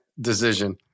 decision